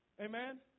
Amen